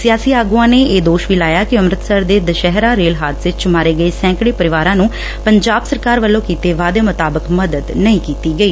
ਸਿਆਸੀ ਆਗੁਆਂ ਨੇਂ ਇਹ ਦੋਸ਼ ਵੀ ਲਾਇਆ ਕਿ ਅੰਮਿਤਸਰ ਦੇ ਦਸ਼ਹਿਰਾ ਰੇਲ ਹਾਦਸੇ ਵਿਚ ਮਾਰੇ ਗਏ ਸੈਂਕੜੇ ਪਰਿਵਾਰਾਂ ਨੂੰ ਪੰਜਾਬ ਸਰਕਾਰ ਵੱਲੋਂ ਕੀਤੇ ਵਾਅਦੇ ਮੁਤਾਬਕ ਮਦਦ ਨਹੀਂ ਕੀਤੀ ਗਈ